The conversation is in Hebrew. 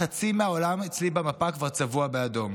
חצי מהעולם אצלי במפה כבר צבוע באדום.